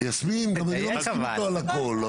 יסמין, גם אני לא מסכים איתו על הכול.